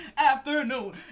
afternoon